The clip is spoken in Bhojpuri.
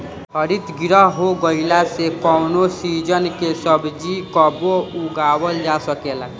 हरितगृह हो गईला से कवनो सीजन के सब्जी कबो उगावल जा सकेला